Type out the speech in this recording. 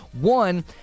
One